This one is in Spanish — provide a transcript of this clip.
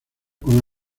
con